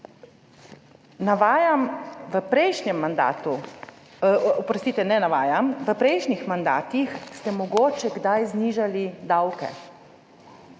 V prejšnjih mandatih ste mogoče kdaj znižali davke?